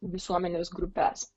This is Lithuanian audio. visuomenės grupes